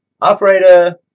operator